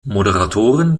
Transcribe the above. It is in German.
moderatorin